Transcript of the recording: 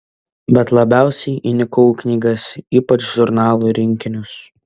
bet labiausiai įnikau į knygas ypač žurnalų rinkinius